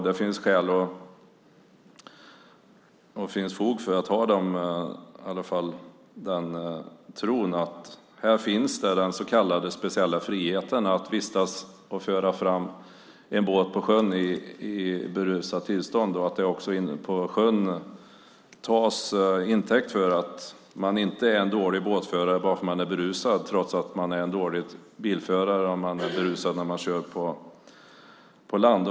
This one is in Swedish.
Det finns fog för att ha den tron att här finns den så kallade speciella friheten att vistas och föra fram en båt på sjön i berusat tillstånd. Det tas också till intäkt för att man inte är en dålig båtförare bara för att man är berusad trots att man är en dålig bilförare om man är berusad när man kör på land.